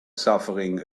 suffering